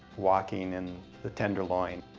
walking in the tenderloin,